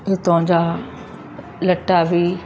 हितां जा लटा बि